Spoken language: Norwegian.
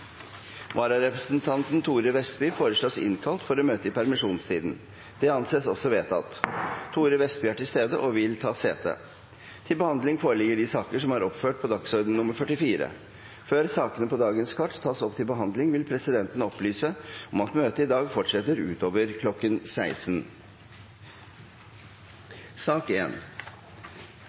Vararepresentanten fra Akershus, Thore Vestby, innkalles for å møte i permisjonstiden. Thore Vestby er til stede og vil ta sete. Før sakene på dagens kart tas opp til behandling, vil presidenten opplyse om at møtet i dag fortsetter utover kl. 16.